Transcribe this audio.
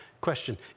Question